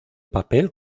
papel